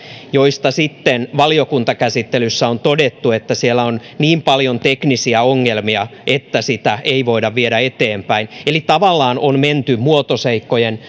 joista sitten valiokuntakäsittelyssä on todettu että siellä on niin paljon teknisiä ongelmia että niitä ei voida viedä eteenpän eli tavallaan on menty muotoseikkojen